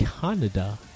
Canada